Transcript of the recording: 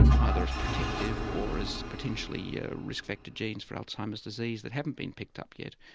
either as protective or as potentially yeah risk factor genes for alzheimer's disease that haven't been picked up yet.